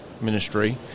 ministry